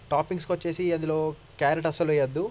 toppings వచ్చి అందులో carrot అసలు వేయద్దు